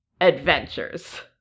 adventures